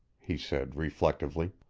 he said reflectively.